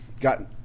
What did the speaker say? got